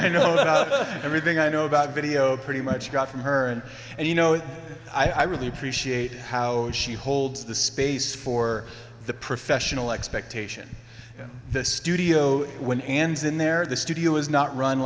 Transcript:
up everything i know about video pretty much got from her and and you know i really appreciate how she holds the space for the professional expectation the studio when ends in there at the studio is not run